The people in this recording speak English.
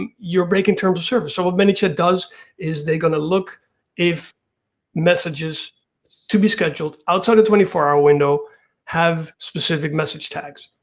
and you are breaking terms of service. so what manychat does is they are gonna look if messages to be scheduled outside the twenty four hour window have specific message tags.